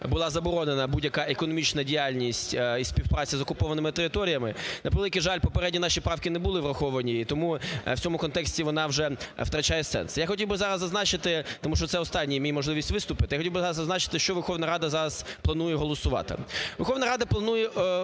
була заборонена будь-яка економічна діяльність і співпраця з окупованими територіями. На превеликий жаль, попередні наші правки не були враховані, і тому в цьому контексті вона вже втрачає сенс. Я хотів би зараз зазначити, тому що це остання моя можливість виступити, я хотів би зараз зазначити, що Верховна Рада зараз планує голосувати. Верховна Рада планує голосувати